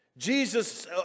Jesus